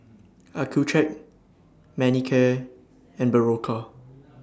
Accucheck Manicare and Berocca